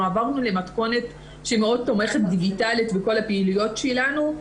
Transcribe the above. עברנו למתכונת שמאוד תומכת דיגיטלית בכל הפעילויות שלנו.